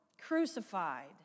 crucified